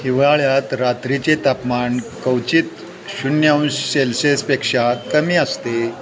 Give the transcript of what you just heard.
हिवाळ्यात रात्रीचे तापमान क्वचित शून्य अंश सेल्सिअसपेक्षा कमी असते